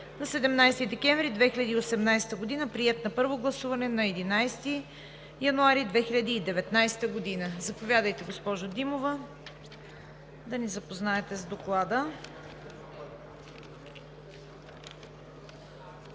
на 17 декември 2018 г., приет на първо гласуване на 11 януари 2019 г. Заповядайте, госпожо Димова, да ни запознаете с Доклада.